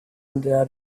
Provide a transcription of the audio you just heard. una